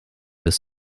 des